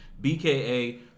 B-K-A